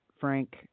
Frank